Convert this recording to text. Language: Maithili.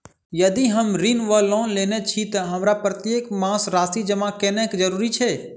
यदि हम ऋण वा लोन लेने छी तऽ हमरा प्रत्येक मास राशि जमा केनैय जरूरी छै?